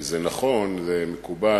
זה נכון ומקובל,